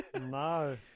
No